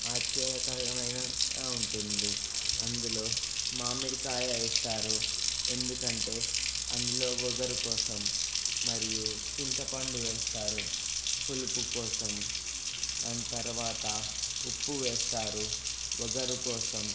ఆశ్చర్యకరమైనగా ఉంటుంది అందులో మామిడికాయ వేస్తారు ఎందుకంటే అందులో వగరు కోసం మరియు చింతపండు వేస్తారు పులుపు కోసం దాని తర్వాత ఉప్పు వేస్తారు వగరు కోసం